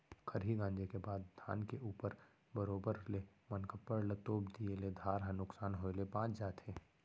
खरही गॉंजे के बाद धान के ऊपर बरोबर ले मनकप्पड़ म तोप दिए ले धार ह नुकसान होय ले बॉंच जाथे